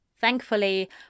Thankfully